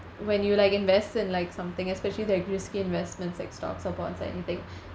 when you like invest in like something especially that risky investments like stocks or bonds or anything